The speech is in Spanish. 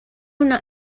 una